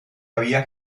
había